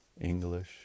English